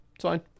fine